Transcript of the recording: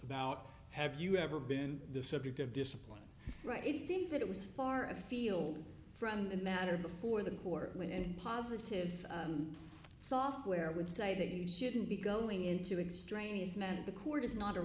about have you ever been the subject of discipline right it seems that it was far afield from the matter before the court when and positive software would say that you shouldn't be going into exe drain is meant the court is not a